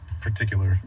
particular